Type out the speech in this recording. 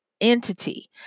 entity